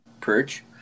perch